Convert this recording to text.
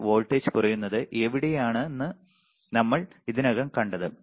707 voltage കുറയുന്നത് എവിടെയാണ് നമ്മൾ ഇതിനകം കണ്ടത്